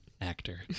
actor